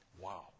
Wow